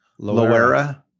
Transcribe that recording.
Loera